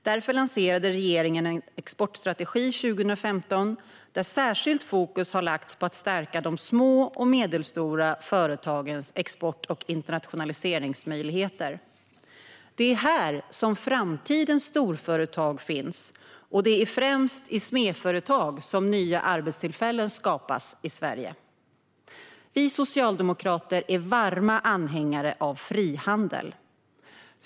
Därför lanserade regeringen en exportstrategi 2015, där särskilt fokus har satts på att stärka de små och medelstora företagens export och internationaliseringsmöjligheter. Det är här som framtidens storföretag finns, och det är i främst SME-företag som nya arbetstillfällen skapas i Sverige. Vi socialdemokrater är varma anhängare av frihandel.